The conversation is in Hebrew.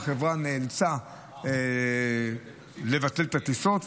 והחברה נאלצה לבטל את הטיסות,